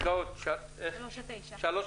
פסקות (3) עד (9).